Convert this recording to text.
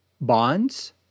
Bonds